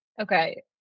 Okay